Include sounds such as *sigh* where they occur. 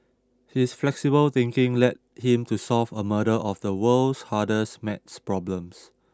his flexible thinking led him to solve a *unintelligible* of the world's hardest math problems